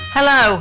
Hello